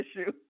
issue